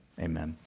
amen